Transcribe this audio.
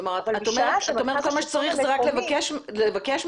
כלומר את אומרת שכל מה שצריך זה רק לבקש מכם?